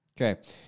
Okay